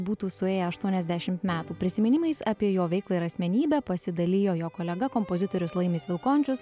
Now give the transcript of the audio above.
būtų suėję aštuoniasdešim metų prisiminimais apie jo veiklą ir asmenybę pasidalijo jo kolega kompozitorius laimis vilkončius